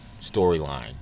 storyline